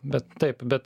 bet taip bet